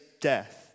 death